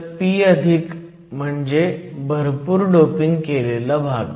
तर p म्हणजे भरपूर डोपिंग केलेला भाग